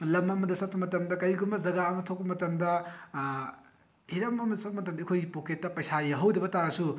ꯂꯝ ꯑꯃꯗ ꯆꯠꯄ ꯃꯇꯝꯗ ꯀꯔꯤꯒꯨꯝꯕ ꯖꯒꯥ ꯑꯃ ꯊꯣꯛꯄ ꯃꯇꯝꯗ ꯍꯤꯔꯝ ꯑꯃ ꯆꯠꯄ ꯃꯇꯝꯗ ꯑꯩꯈꯣꯏ ꯄꯣꯀꯦꯠꯇ ꯄꯩꯁꯥ ꯌꯥꯎꯍꯧꯗꯕ ꯇꯥꯔꯁꯨ